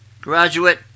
Graduate